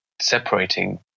separating